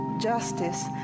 justice